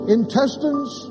Intestines